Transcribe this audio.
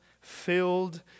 filled